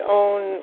own